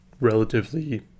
relatively